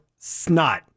snot